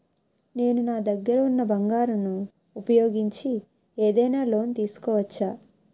నేను నా దగ్గర ఉన్న బంగారం ను ఉపయోగించి ఏదైనా లోన్ తీసుకోవచ్చా?